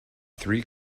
three